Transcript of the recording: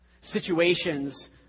Situations